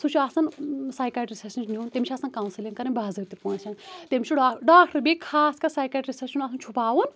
سُہ چھُ آسان سایکیٹرِسٹَس نِش آسان نِیُن تٔمِس چھِ آسان کاونسلِنگ کَرٕنۍ باضٲبۍطہٕ پٲنٛٹھۍ تٔمِس چھُ ڈاکٹر ڈاکٹر بییہِ خاص کر سایکیٹرِسس چھُنہ آسان چھُپاوُن